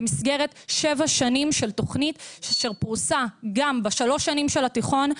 במסגרת שבע שנים של תוכנית שפרוסה גם בשלוש שנים של התיכון,